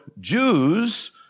Jews